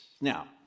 Now